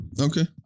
Okay